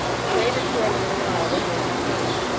he waited for a long while, but no one came.